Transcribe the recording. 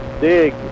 Dig